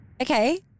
okay